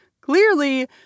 clearly